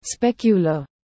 specular